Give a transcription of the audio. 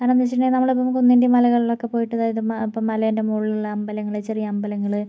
കാരണം എന്താന്ന് വച്ചിട്ടുണ്ടെങ്കിൽ നമ്മള് ഇപ്പോ കുന്നിൻ്റെ മലകളില് ഒക്കെ പോയിട്ട് അതായത് ഇപ്പം ഇപ്പോൾ മലേൻ്റെ മുകളിലുള്ള അമ്പലങ്ങള് ചെറിയ അമ്പലങ്ങള്